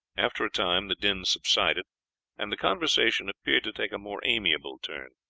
after a time the din subsided and the conversation appeared to take a more amiable turn.